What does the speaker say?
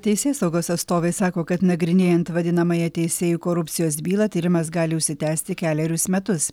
teisėsaugos atstovai sako kad nagrinėjant vadinamąją teisėjų korupcijos bylą tyrimas gali užsitęsti kelerius metus